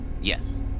Yes